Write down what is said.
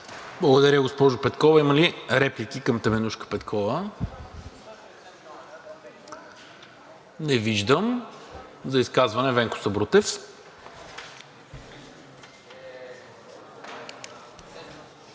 Благодаря, госпожо Петкова. Има ли реплики към Теменужка Петкова? Не виждам. За изказване Венко Сабрутев. ВЕНКО